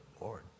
Lord